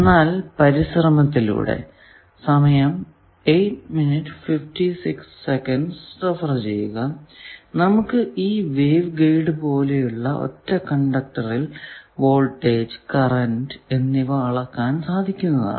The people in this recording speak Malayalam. എന്നാൽ പരിശ്രമത്തിലൂടെ നമുക്ക് ഈ വേവ് ഗൈഡ് പോലെയുള്ള ഒരു ഒറ്റ കണ്ടക്ടർ വഴി വോൾടേജ് കറന്റ് എന്നിവ അളക്കാൻ സാധിക്കുന്നതാണ്